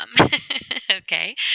Okay